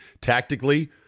tactically